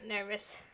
Nervous